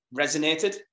resonated